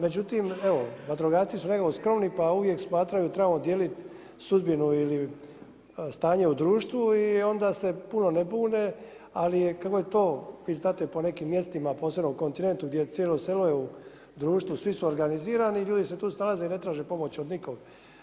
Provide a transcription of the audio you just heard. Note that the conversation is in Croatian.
Međutim, evo vatrogasci su nekako skromni pa uvijek smatraju trebamo dijeliti sudbinu ili stanje u društvu i onda se puno ne bune, ali kako je to vi znate po nekim mjestima posebno na kontinentu gdje je cijelo selo u društvu, svi su organizirani i ljudi se tu snalaze i ne traže pomoć od nikoga.